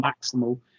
maximal